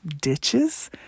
Ditches